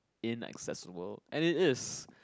inaccessible and it is